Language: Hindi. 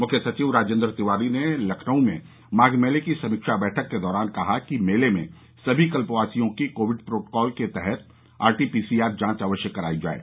मुख्य सचिव राजेन्द्र तिवारी ने लखनऊ में माघ मेले की समीक्षा बैठक के दौरान कहा कि मेले में सभी कल्पवासियों की कोविड प्रोटोकॉल के तहत आरटीपीसीआर जांच अवश्य कराई जाये